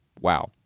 Wow